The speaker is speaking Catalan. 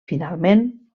finalment